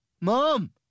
Mom